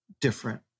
different